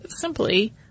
simply